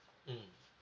mmhmm